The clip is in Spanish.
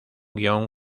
guion